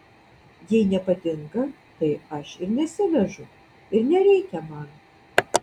jei nepatinka tai aš ir nesivežu ir nereikia man